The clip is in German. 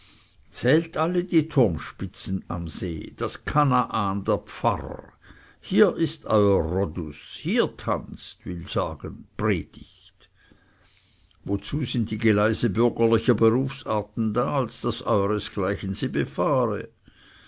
zählt alle die turmspitzen am see das kanaan der pfarrer hier ist euer rhodus hier tanzt will sagen predigt wozu sind die geleise bürgerlicher berufsarten da als daß euresgleichen sie befahre